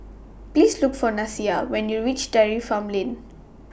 Please Look For Nyasia when YOU REACH Dairy Farm Lane